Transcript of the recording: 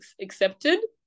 accepted